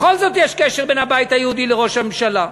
בכל זאת, יש קשר בין הבית היהודי לראש הממשלה.